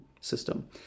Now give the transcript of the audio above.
system